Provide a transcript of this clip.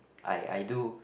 I I do